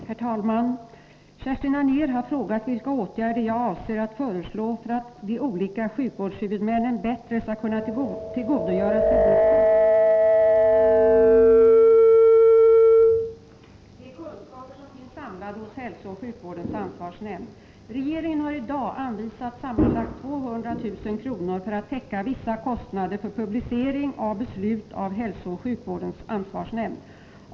Herr talman! Kerstin Anér har frågat vilka åtgärder jag avser att föreslå för att de olika sjukvårdshuvudmännen bättre skall kunna tillgodogöra sig de kunskaper som finns samlade hos hälsooch sjukvårdens ansvarsnämnd. Regeringen har i dag anvisat sammanlagt 200 000 kr. för att täcka vissa kostnader för publicering av beslut av hälsooch sjukvårdens ansvarsnämnd.